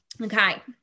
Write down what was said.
Okay